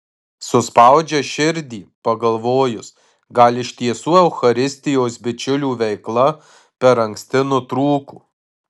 suspaudžia širdį pagalvojus gal iš tiesų eucharistijos bičiulių veikla per anksti nutrūko